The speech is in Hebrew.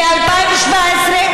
ב-2017,